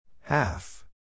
Half